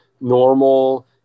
normal